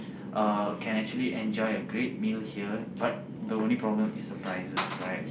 uh can actually a great meal here but the only problem is the prices right